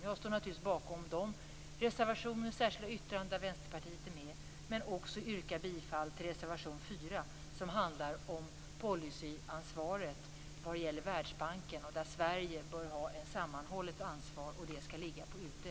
Jag står naturligtvis bakom de reservationer och särskilda yttranden där Vänsterpartiet är med, men jag yrkar också bifall till reservation 4 som handlar om policyansvar vad gäller Världsbanken. Sverige bör ha ett sammanhållet ansvar, och det skall ligga på UD